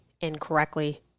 incorrectly